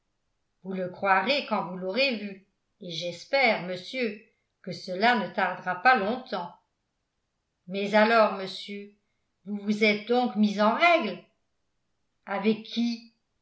vous le croirez quand vous l'aurez vu et j'espère monsieur que cela ne tardera pas longtemps mais alors monsieur vous vous êtes donc mis en règle avec qui